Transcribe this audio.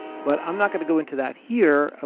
but i'm not going to go into that here. ah